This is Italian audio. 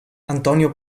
antonio